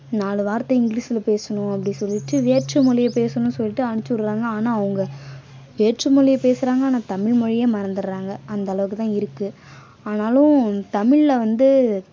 நாலு வார்த்தை இங்கிலிஷில் பேசணும் அப்படி சொல்லிவிட்டு வேற்று மொழியை பேசணும் சொல்லிவிட்டு அனுப்ச்சு விடுறாங்க ஆனால் அவங்க வேற்று மொழியை பேசுகிறாங்க ஆனால் தமிழ்மொழியை மறந்துவிடுறாங்க அந்த அளவுக்கு தான் இருக்குது ஆனாலும் தமிழில் வந்து